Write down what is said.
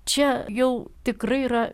čia jau tikrai yra